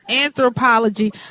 Anthropology